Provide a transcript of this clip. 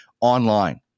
online